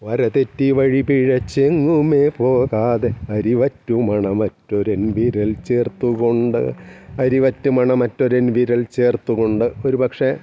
വര തെറ്റി വഴിപിഴച്ചെങ്ങുമേ പോകാതെ അരി വറ്റു മണമറ്റൊരെൻ വിരൽ ചേർത്തുകൊണ്ട് അരി വറ്റ് മണമറ്റൊരെൻ വിരൽ ചേർത്തുകൊണ്ട് ഒരു പക്ഷെ